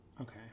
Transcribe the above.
Okay